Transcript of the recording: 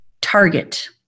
Target